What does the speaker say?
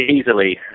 easily